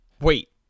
wait